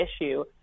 issue